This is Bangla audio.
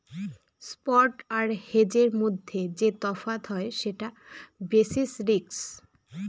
স্পট আর হেজের মধ্যে যে তফাৎ হয় সেটা বেসিস রিস্ক